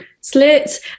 slits